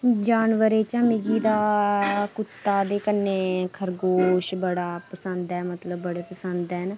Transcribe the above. जानवरें चा मिगी तां कुत्ता ते कन्नै खरगोश बड़ा पसंद ऐ मतलब बड़े पसंद ऐ